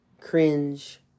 cringe